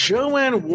Joanne